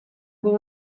con